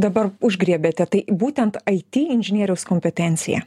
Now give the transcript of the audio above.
dabar užgriebiate tai būtent aity inžinieriaus kompetenciją